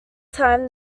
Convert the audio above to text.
time